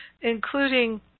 Including